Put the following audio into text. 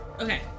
Okay